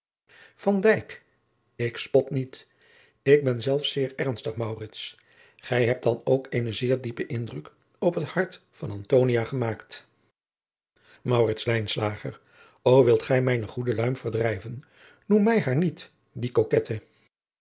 ik spot niet ik ben zelfs zeer ernstig maurits gij hebt dan ook een zeer diepen indruk op het hart van antonia gemaakt maurits lijnslager ô wilt gij mijne goede luim verdrijven noem mij haar niet die